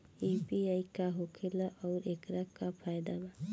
UPI का होखेला आउर एकर का फायदा बा?